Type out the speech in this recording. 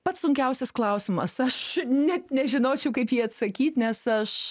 pats sunkiausias klausimas aš net nežinočiau kaip jį atsakyt nes aš